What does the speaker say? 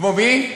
כמו מי?